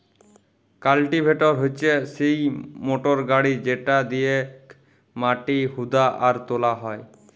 cultivator হচ্যে সিই motor গাড়ি যেটা দিয়েক মাটি হুদা আর তোলা হয়